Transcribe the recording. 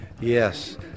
Yes